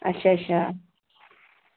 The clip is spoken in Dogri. अच्छा अच्छा